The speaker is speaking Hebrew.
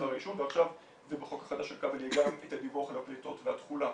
העישון ועכשיו זה בחוק החדש --- דיווח על הפליטות והתכולה.